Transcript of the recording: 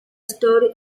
story